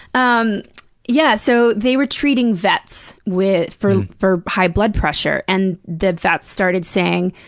um yeah, so they were treating vets with for for high blood pressure, and the vets started saying,